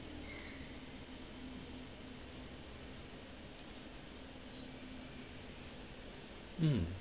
mm